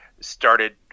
Started